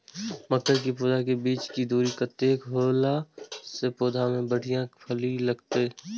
मके के पौधा के बीच के दूरी कतेक होला से पौधा में बढ़िया फली लगते?